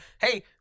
hey